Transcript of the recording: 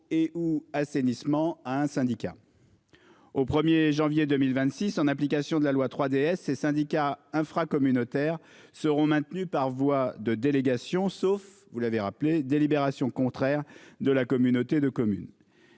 Au 1er janvier 2026, en application de la loi 3DS ces syndicats infra-communautaires seront maintenus par voie de délégations sauf vous l'avez rappelé délibération contraire de la communauté de communes.